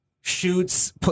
shoots